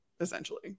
essentially